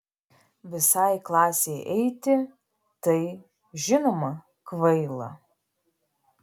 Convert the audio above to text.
visai klasei eiti tai žinoma kvaila